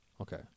Okay